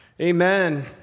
Amen